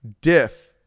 diff